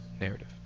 narrative